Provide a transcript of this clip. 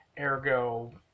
Ergo